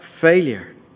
failure